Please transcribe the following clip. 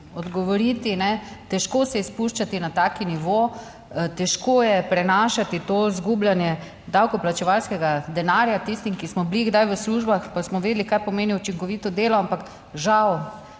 odgovoriti. Težko se je spuščati na tak nivo, težko je prenašati to izgubljanje davkoplačevalskega denarja tistim, ki smo bili kdaj v službah pa smo vedeli kaj pomeni učinkovito delo, ampak žal,